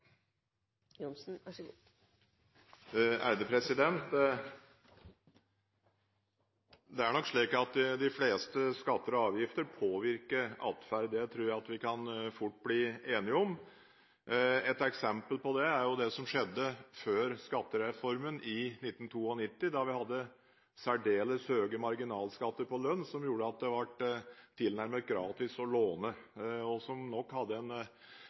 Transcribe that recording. nok slik at de fleste skatter og avgifter påvirker atferd. Det tror jeg vi fort kan bli enige om. Et eksempel på det er jo det som skjedde før skattereformen i 1992, da vi hadde særdeles høye marginalskatter på lønn, som gjorde at det var tilnærmet gratis å låne, og som nok var en